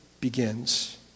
begins